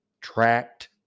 tracked